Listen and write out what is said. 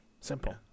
Simple